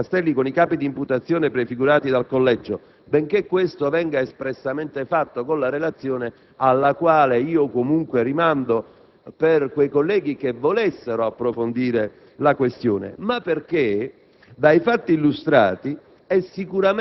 del senatore Castelli con i capi di imputazione prefigurati dal Collegio (benché ciò venga espressamente fatto con la relazione, alla quale, comunque, rimando i colleghi che volessero approfondire la questione), ma perché,